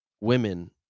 women